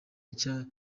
nshya